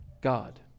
God